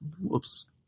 whoops